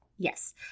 Yes